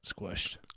squished